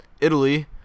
Italy